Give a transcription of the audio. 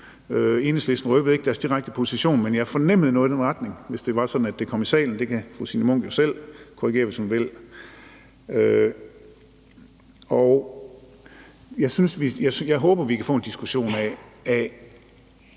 gult. SF røbede ikke deres direkte position, men jeg fornemmede noget i den retning, hvis det var sådan, at det kom i salen; det kan fru Signe Munk jo selv korrigere, hvis hun vil. Jeg håber, at vi kan få en diskussion af